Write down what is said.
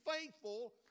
faithful